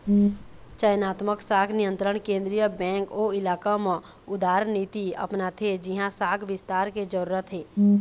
चयनात्मक शाख नियंत्रन केंद्रीय बेंक ओ इलाका म उदारनीति अपनाथे जिहाँ शाख बिस्तार के जरूरत हे